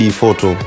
photo